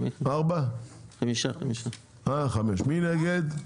5. מי נגד?